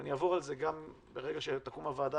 ואני אעבור על זה גם ברגע שתקום הוועדה